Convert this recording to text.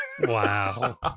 Wow